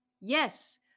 yes